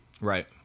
right